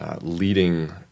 leading